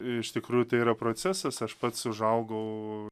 iš tikrųjų tai yra procesas aš pats užaugau